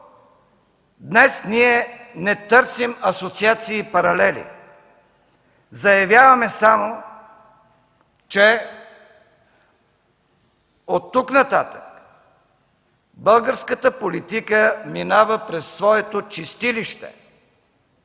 днес ние не търсим асоциации и паралели. Заявяваме само, че от тук нататък българската политика минава през своето чистилище